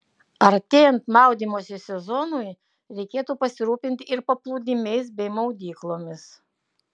artėjant maudymosi sezonui reikėtų pasirūpinti ir paplūdimiais bei maudyklomis